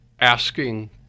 asking